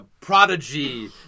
Prodigy